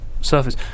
surface